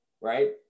right